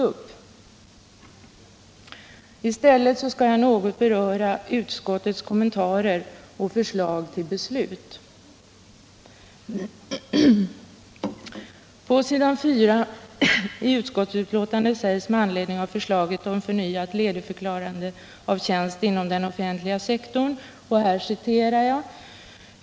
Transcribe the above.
I stället skall jag något beröra utskottets kommentarer och förslag till beslut.